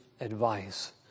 advice